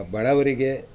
ಬಡವರಿಗೆ